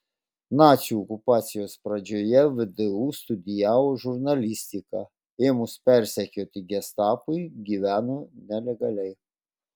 nacių okupacijos pradžioje vdu studijavo žurnalistiką ėmus persekioti gestapui gyveno nelegaliai